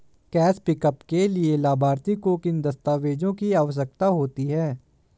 Cash pickup के लिए लाभार्थी को किन दस्तावेजों की आवश्यकता होगी?